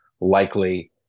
likely